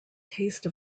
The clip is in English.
taste